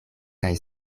kaj